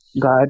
God